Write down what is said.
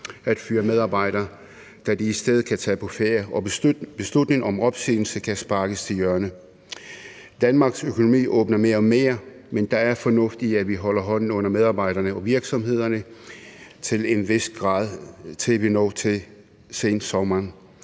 at fyre medarbejdere, da de i stedet kan tage på ferie, og beslutningen om opsigelse kan sparkes til hjørne. Danmarks økonomi åbner mere og mere, men der er fornuft i, at vi holder hånden under medarbejderne og virksomhederne til en vis grad, til vi når til sensommeren.